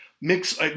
mix